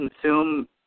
consume